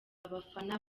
abafana